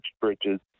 bridges